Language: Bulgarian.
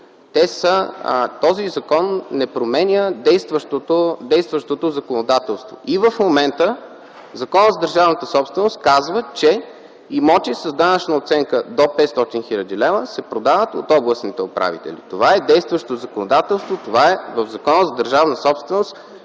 защото той не променя действащото законодателство. И в момента Законът за държавната собственост казва, че имоти с данъчна оценка до 500 хил. лв. се продават от областните управители. Това е действащо законодателство, това е в Закона за държавната собственост